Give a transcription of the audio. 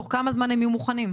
תוך כמה זמן הם יהיו מוכנים?